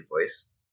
voice